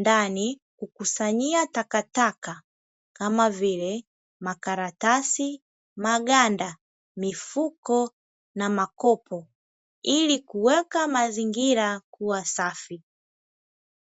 ndani kukusanyia takataka kama vile makaratasi, maganda, mifuko na makopo ili kuweka mazingira kuwa safi.